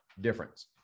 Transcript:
difference